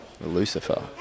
Lucifer